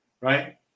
right